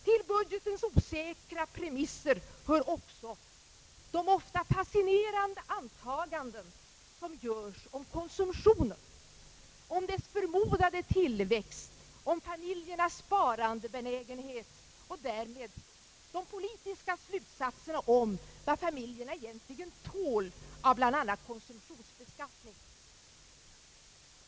Till budgetens osäkra premisser hör också de ofta fascinerande antaganden som görs om konsumtionen, om dess förmodade tillväxt, om familjernas sparandebenägenhet och därmed de po litiska slutsatserna om vad familjerna egentligen tål av bl.a. konsumtionsbeskattning.